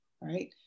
right